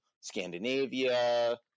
Scandinavia